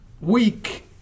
week